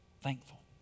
Thankful